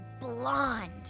Blonde